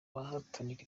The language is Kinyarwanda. bahatanira